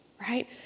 right